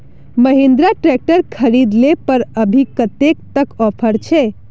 Mahindra tractor खरीद ले पर अभी कतेक तक ऑफर छे?